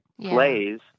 plays